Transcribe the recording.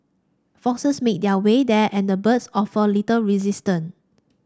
foxes made their way there and the birds offered little resistance